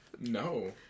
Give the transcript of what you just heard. No